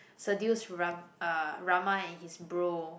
seduce Rav~ uh Rahma and his bro